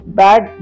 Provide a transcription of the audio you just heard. bad